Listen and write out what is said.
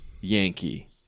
Yankee